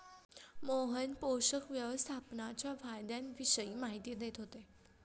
मोहन पोषक व्यवस्थापनाच्या फायद्यांविषयी माहिती देत होते